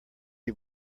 him